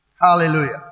Hallelujah